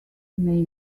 may